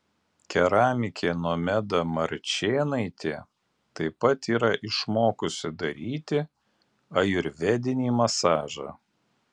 keramikė nomeda marčėnaitė taip pat yra išmokusi daryti ajurvedinį masažą